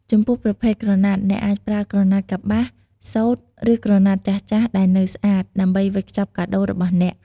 ចំពោះប្រភេទក្រណាត់ អ្នកអាចប្រើ ក្រណាត់កប្បាស សូត្រ ឬ ក្រណាត់ចាស់ៗដែលនៅស្អាត ដើម្បីវេចខ្ចប់កាដូររបស់អ្នក។